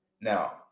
Now